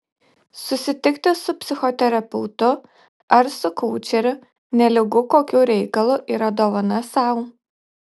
susitikti su psichoterapeutu ar su koučeriu nelygu kokiu reikalu yra dovana sau